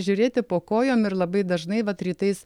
žiūrėti po kojom ir labai dažnai vat rytais